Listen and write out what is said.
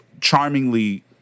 charmingly